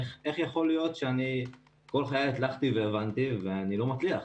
איך יכול להיות שכל חיי הצלחתי והבנתי ואני לא מצליח?